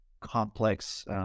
complex